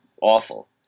awful